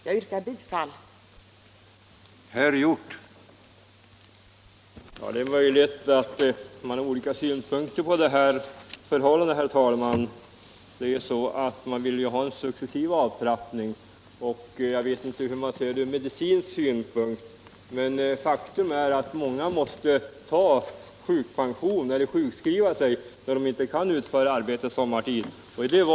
Jag yrkar bifall till utskottets hemställan.